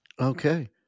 Okay